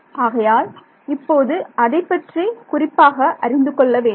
ஆகையால் இப்போது அதைப் பற்றி குறிப்பாக அறிந்து கொள்ள வேண்டும்